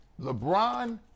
LeBron